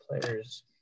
players